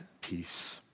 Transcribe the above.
peace